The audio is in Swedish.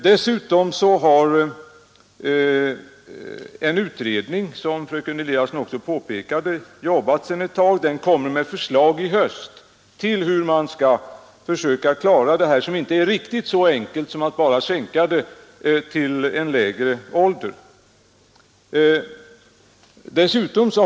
Dessutom har en utredning — vilken fröken Eliasson också påpekade — jobbat sedan en tid. Den kommer i höst med förslag på hur man skall lösa detta problem, som inte är riktigt så enkelt som att bara sänka åldersgränsen.